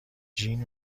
جین